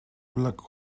black